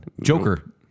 Joker